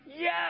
yes